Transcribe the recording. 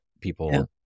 people